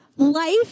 Life